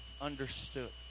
understood